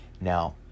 Now